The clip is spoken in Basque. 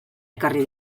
ekarri